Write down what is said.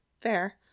fair